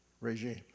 regime